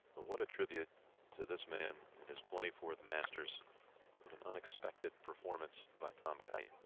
what a tribute to this man and his twenty-fourth masters with an unexpected performance by tom kite.